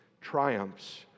triumphs